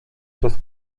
przez